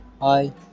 Hi